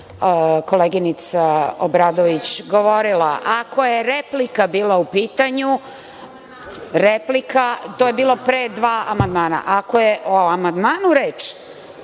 koleginica Obradović govorila. Ako je replika bila u pitanju, replika, to je bilo pre dva amandmana, ako je o amandmanu reč,